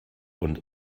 und